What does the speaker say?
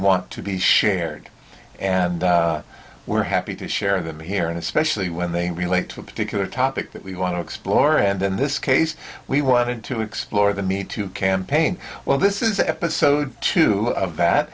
want to be shared and we're happy to share them here and especially when they relate to a particular topic that we want to explore and in this case we wanted to explore the me two campaign well this is episode two